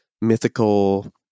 mythical